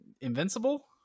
Invincible